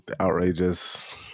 outrageous